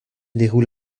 déroule